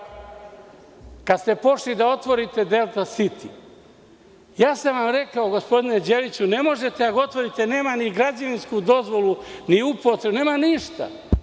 Kada ste pošli da otvorite „Delta siti“, rekao sam vam – gospodine Đeliću, ne možete da ga otvorite, nema ni građevinsku dozvolu, ni upotrebnu, nema ništa.